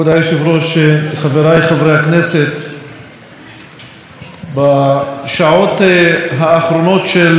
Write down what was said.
בשעות האחרונות של הכנס הקודם חוקק חוק הלאום,